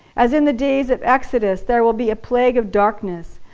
as in the days of exodus there will be a plague of darkness,